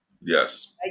Yes